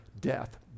death